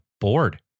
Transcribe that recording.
bored